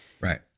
Right